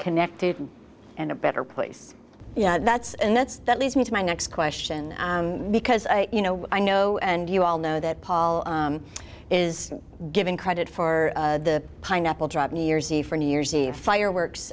connected and a better place that's and that's that leads me to my next question because you know i know and you all know that paul is given credit for the pineapple drive new year's eve for new year's eve fireworks